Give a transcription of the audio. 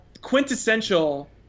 Quintessential